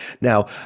Now